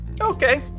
okay